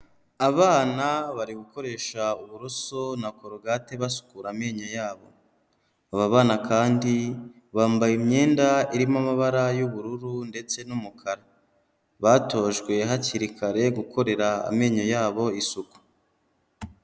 Abana bari gukoresha uburoso na corogate basukura amenyo yabo. Aba bana kandi bambaye imyenda irimo amabara y'ubururu ndetse n'umukara batojwe hakiri kare gukorera amenyo yabo isuku.